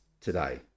today